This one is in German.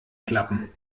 klappen